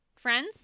Friends